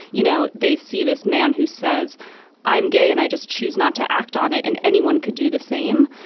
you know they see this man who says i'm gay and i just choose not to act on it. and anyone could do the same.